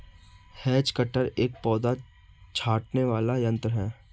has cutter एक पौधा छाँटने वाला यन्त्र है